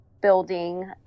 building